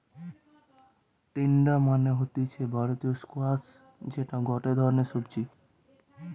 তিনডা মানে হতিছে ভারতীয় স্কোয়াশ যেটা গটে ধরণের সবজি